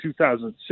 2006